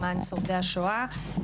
למען שורדי השואה.